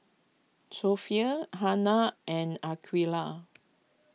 Sofea Hana and Aqilah